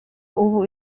ubu